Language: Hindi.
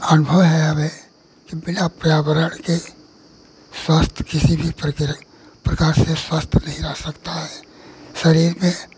अनुभव है हमें कि बिना पर्यावरण के स्वास्थ्य किसी भी प्रकार प्रकार से स्वास्थ्य नहीं रह सकता है शरीर में